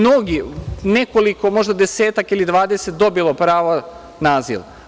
Nekoliko, možda desetak ili 20 je dobilo pravo na azil.